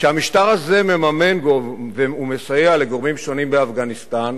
כשהמשטר הזה מממן ומסייע לגורמים שונים באפגניסטן,